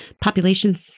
population